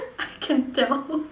I can tell